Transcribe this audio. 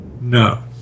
No